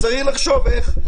אז צריך לחשוב איך.